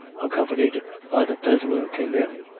accompanied by the pedlar, came in,